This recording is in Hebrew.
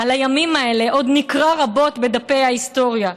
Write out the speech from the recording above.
על הימים האלה עוד נקרא רבות בדפי ההיסטוריה.